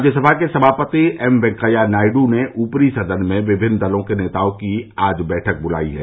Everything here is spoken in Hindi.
राज्यसभा के सभापति एम वेंकैया नायडू ने ऊपरी सदन में विभिन्न दलों के नेताओं की आज बैठक बुलाई है